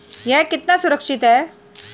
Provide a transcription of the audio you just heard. यह कितना सुरक्षित है?